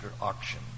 auction